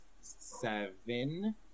seven